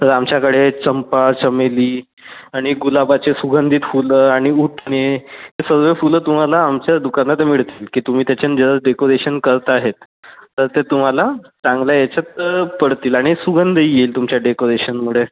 तर आमच्याकडे चंपा चमेली आणि गुलाबाचे सुगंधी फुलं आणि उटणे हे सर्व फुलं तुम्हाला आमच्या दुकानात मिळतील की तुम्ही त्याच्याने जे डेकोरेशन करत आहेत तर ते तुम्हाला चांगल्या ह्याच्यात पडतील आणि सुगंध येईल तुमच्या डेकोरेशनमुळे